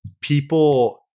people